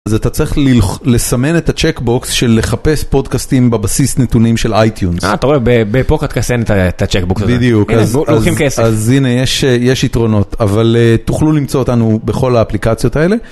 אז אתה צריך ללחו... לסמן את ה-checkbox של לחפש פודקאסטים בבסיס נתונים של אייטיונס. אה, אתה רואה, בפוקט כס אין את ה-checkbox הזה. בדיוק. גם לוקחים כסף. אז הנה, יש יתרונות, אבל תוכלו למצוא אותנו בכל האפליקציות האלה.